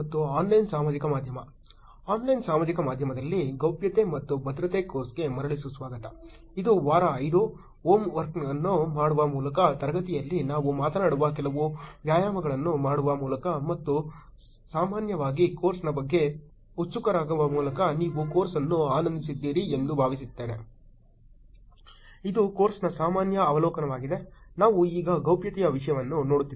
ಇದು ಕೋರ್ಸ್ನ ಸಾಮಾನ್ಯ ಅವಲೋಕನವಾಗಿದೆ ನಾವು ಈಗ ಗೌಪ್ಯತೆಯ ವಿಷಯವನ್ನು ನೋಡುತ್ತಿದ್ದೇವೆ